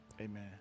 Amen